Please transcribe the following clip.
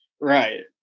Right